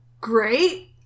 great